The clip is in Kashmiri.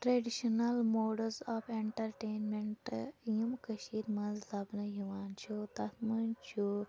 ٹرٛیڈِشنَل موڈٕز آف ایٚنٹَرٹینمیٚنٛٹہٕ یِم کٔشیٖر منٛز لَبنہٕ یِوان چھِ تَتھ منٛز چھُ